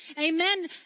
amen